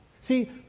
See